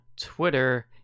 twitter